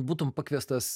būtum pakviestas